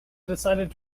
decided